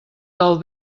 dels